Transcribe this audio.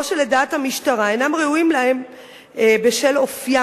או שלדעת המשטרה אינם ראויים להם בשל אופיים.